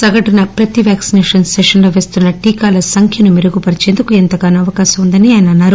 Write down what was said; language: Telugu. సగటు న ప్రతి వ్యాక్సినేషన్ సెషన్లో పేస్తున్న టీకాల సంఖ్యను మెరుగుపరిచేందుకు ఎంతగానో అవ కాశం ఉందని ఆయన అన్నారు